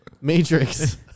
Matrix